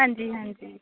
ਹਾਂਜੀ ਹਾਂਜੀ